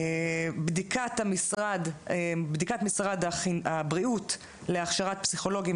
בדיקת משרד הבריאות להכשרת פסיכולוגים